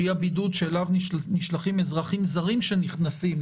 שהיא הבידוד שאליו נשלחים אזרחים זרים שנכנסים,